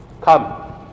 come